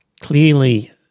clearly